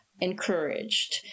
encouraged